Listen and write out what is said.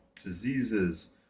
diseases